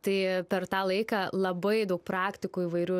tai per tą laiką labai daug praktikų įvairių